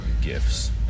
gifts